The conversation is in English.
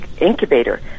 incubator